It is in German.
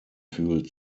fühlt